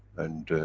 and.